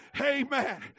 Amen